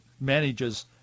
manages